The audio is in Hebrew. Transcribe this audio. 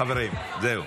חברים, זהו.